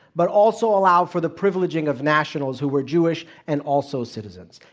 but also allow for the privileging of nationals who were jewish and also citizens.